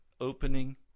opening